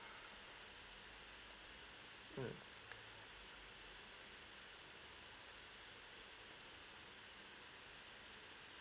mm